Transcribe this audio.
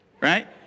right